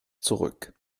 zurück